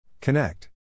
Connect